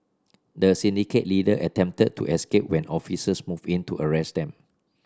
the syndicate leader attempted to escape when officers moved in to arrest them